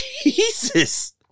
Jesus